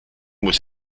muss